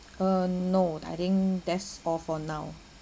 uh no I think that's all for now